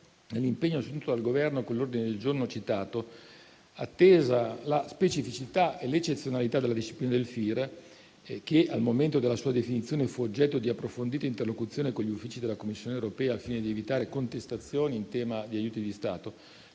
all'impegno assunto dal Governo con l'ordine del giorno citato - attesa la specificità e l'eccezionalità della disciplina del FIR, che al momento della sua definizione fu oggetto di approfondita interlocuzione con gli uffici della Commissione europea al fine di evitare contestazioni in tema di aiuti di Stato